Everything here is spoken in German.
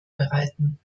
bereiten